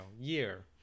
year